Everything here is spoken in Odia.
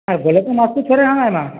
ହଁ ବୋଲେ ତ ମାସ୍କୁ ଥରେ ଆଏମା